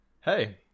Hey